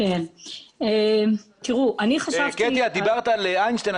קטי, את דיברת על איינשטיין.